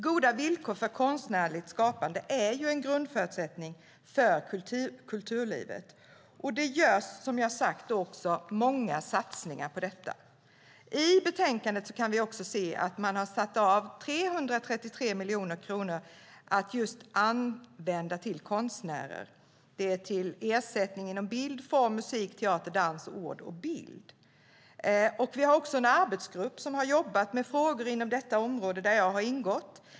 Goda villkor för konstnärligt skapande är en grundförutsättning för kulturlivet, och det görs många satsningar där. I betänkandet kan vi läsa att man avsatt 333 miljoner kronor för att användas för ersättning inom bild, form, musik, teater, dans och ord. Vi har en arbetsgrupp som har arbetat med frågor inom detta område och där jag ingår.